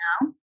now